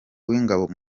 w’ingabo